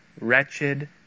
wretched